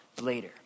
later